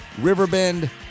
Riverbend